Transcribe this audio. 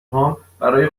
هام، برای